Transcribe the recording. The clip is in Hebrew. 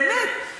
באמת,